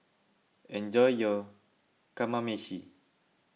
enjoy your Kamameshi